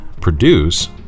produce